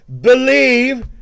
believe